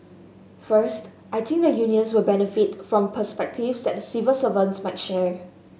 first I think the unions will benefit from perspectives that the civil servants might share